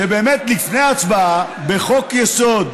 לפני הצבעה על חוק-היסוד,